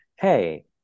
Hey